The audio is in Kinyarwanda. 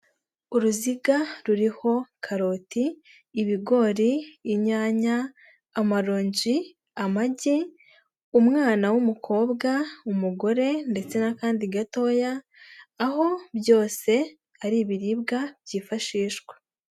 Uruziga ruriho karoti, ibigori, inyanya, amaronji, amagi, umwana w'umukobwa, umugore ndetse n'akandi gatoya, aho byose ari ibiribwa byifashishwa.